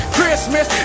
Christmas